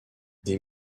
des